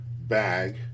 bag